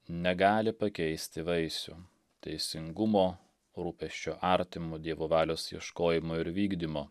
negali pakeisti vaisių teisingumo rūpesčio artimu dievo valios ieškojimo ir vykdymo